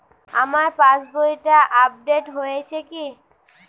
আমার পাশবইটা আপডেট হয়েছে কি?